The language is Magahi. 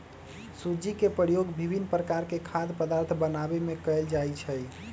सूज्ज़ी के प्रयोग विभिन्न प्रकार के खाद्य पदार्थ बनाबे में कयल जाइ छै